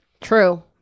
True